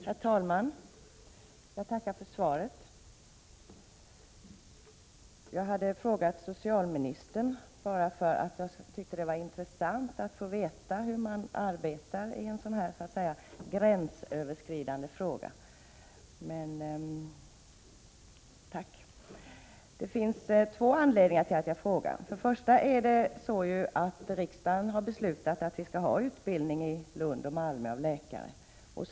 Herr talman! Jag tackar för svaret. Jag hade frågat socialministern, eftersom jag tycker att det skulle vara intressant att få veta hur man arbetar i en sådan här så att säga gränsöverskridande fråga. Jag har frågat av två anledningar. För det första har ju riksdagen beslutat att vi skall ha utbildning av läkare i Lund och Malmö.